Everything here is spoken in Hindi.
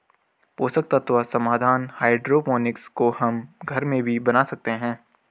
पोषक तत्व समाधान हाइड्रोपोनिक्स को हम घर में भी बना सकते हैं